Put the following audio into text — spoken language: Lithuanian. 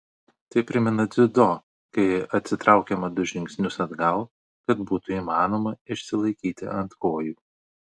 tai primena dziudo kai atsitraukiama du žingsnius atgal kad būtų įmanoma išsilaikyti ant kojų